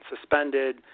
suspended